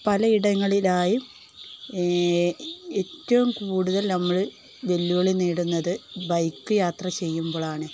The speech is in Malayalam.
പലയിടങ്ങളിലായും ഏറ്റവും കൂടുതൽ നമ്മള് വെല്ലുവിളി നേരിടുന്നത് ബൈക്ക് യാത്ര ചെയ്യുമ്പോഴാണ്